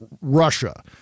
Russia